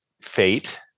fate